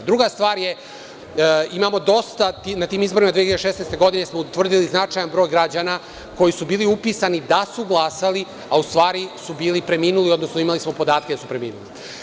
Druga stvar, na tim izborima 2016. godine smo utvrdili značajan broj građana koji su bili upisani da su glasali, a u stvari su preminuli, odnosno imali smo podatke da su preminuli.